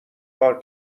کار